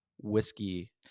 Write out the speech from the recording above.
whiskey